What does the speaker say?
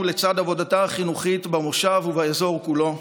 לצד עבודתה החינוכית במושב ובאזור כולו.